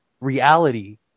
reality